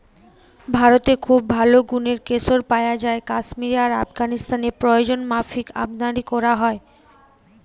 ভারতে খুব ভালো গুনের কেশর পায়া যায় কাশ্মীরে আর আফগানিস্তানে প্রয়োজনমাফিক আমদানী কোরা হয়